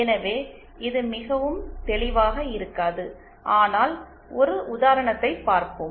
எனவே இது மிகவும் தெளிவாக இருக்காது ஆனால் ஒரு உதாரணத்தைப் பார்ப்போம்